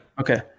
Okay